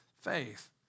faith